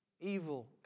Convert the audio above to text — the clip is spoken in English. evil